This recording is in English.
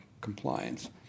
compliance